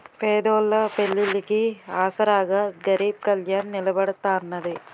పేదోళ్ళ పెళ్లిళ్లికి ఆసరాగా గరీబ్ కళ్యాణ్ నిలబడతాన్నది